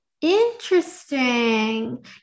Interesting